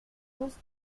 poste